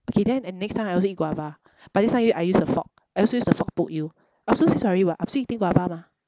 okay then and next time I also eat guava but this time I I use a fork I also use the fork poke you I also say sorry [what] I'm still eating guava mah